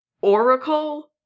Oracle